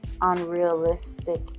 unrealistic